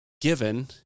given